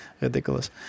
ridiculous